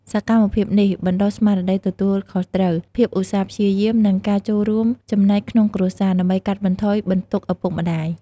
សកម្មភាពនេះបណ្ដុះស្មារតីទទួលខុសត្រូវ ភាពឧស្សាហ៍ព្យាយាម និងការចូលរួមចំណែកក្នុងគ្រួសារ ដើម្បីកាត់បន្ថយបន្ទុកឪពុកម្ដាយ។